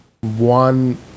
one